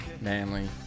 manly